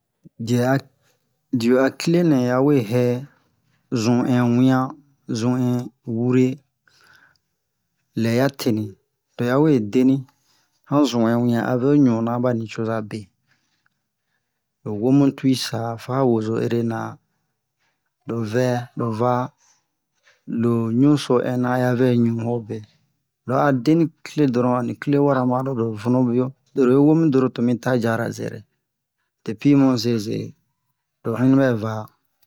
diya dioya kle nɛ ya we hɛ zunhɛn wian zunhɛn wre lɛya teni lo ya we deni han zunhɛn wian azo ɲuna ba nicoza be lo womui to sa fa wozo ere na lo vɛ lo va lo ɲuso hɛna aya vɛ ɲu obe lo-a deni kle dron lo kle wara maro loro vunubio lo loyi womu dron lo lo tayara zɛrɛ depui mu zeze lo hunu bɛ va